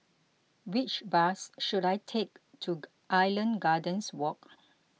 which bus should I take to Island Gardens Walk